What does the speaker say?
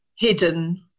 hidden